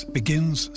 begins